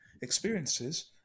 experiences